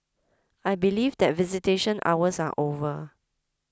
I believe that visitation hours are over